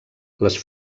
les